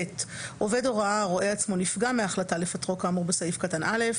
(ב)עובד הוראה הרואה עצמו נפגע מהחלטה לפטרו כאמור בסעיף קטן (א),